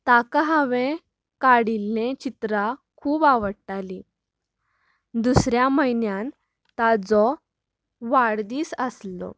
ताका हांवें काडिल्ली चित्रां खूब आवडटाली दुसऱ्या म्हयन्यान ताजो वाडदीस आसलो